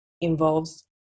involves